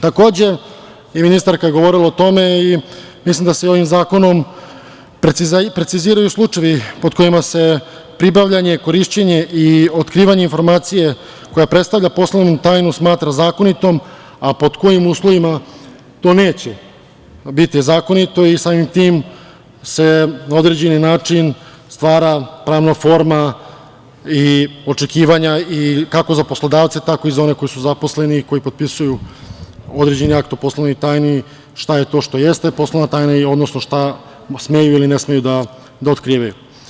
Takođe i ministarka je govorila o tome i mislim da se ovim zakonom preciziraju slučajevi pod kojima se pribavljanje, korišćenje i otkrivanje informacije koja predstavlja poslovnu tajnu smatra zakonitom, a pod kojim uslovima to neće biti zakonito i samim tim se na određeni način stvara pravna forma i očekivanja i kako za poslodavce tako i za one koji su zaposleni, koji potpisuju određeni akt o poslovnoj tajni, šta je to što jeste poslovna tajna, odnosno šta smeju ili ne smeju da otkrivaju.